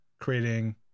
creating